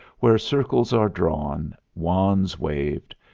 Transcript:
where circles are drawn, wands waved,